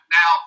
Now